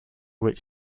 which